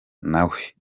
nawe